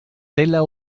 tela